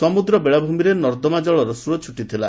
ସମୁଦ୍ର ବେଳାଭୂମିରେ ନର୍ଦମା କଳର ସୁଅ ଛୁଟିଥିଲା